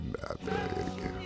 be abejo irgi